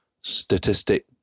statistic